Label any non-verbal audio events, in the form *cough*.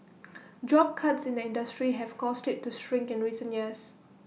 *noise* job cuts in the industry have caused IT to shrink in recent years